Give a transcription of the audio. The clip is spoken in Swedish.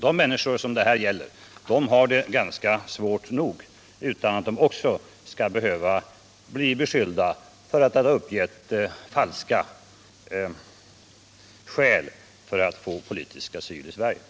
De människor det här gäller har det svårt nop ändå utan att behöva bli beskyllda för att ha uppgett falska skäl för att få politisk asyl i Sverige.